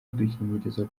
udukingirizo